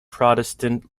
protestant